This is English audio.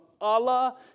Allah